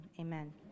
amen